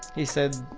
he said,